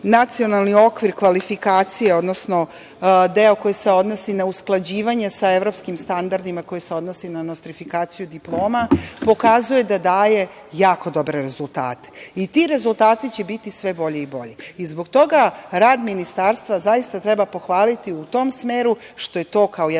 nacionalni okvir kvalifikacija, odnosno deo koji se odnosi na usklađivanje sa evropskim standardima, koje se odnosi na nostrifikaciju diploma, pokazuje da daje jako dobre rezultate. Ti rezultati će biti sve bolji i bolji. Zbog toga, rad ministarstva zaista treba pohvaliti u tom smeru, što to, kao jedan